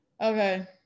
okay